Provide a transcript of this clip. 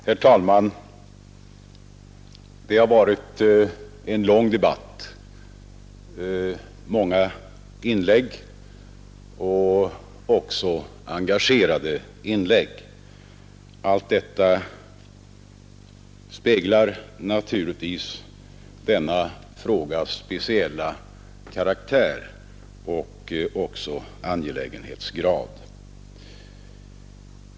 Herr talman! Det har varit en lång debatt med många och engagerade inlägg. Det speglar naturligtvis denna frågas speciella karaktär och också dess angelägenhetsgrad.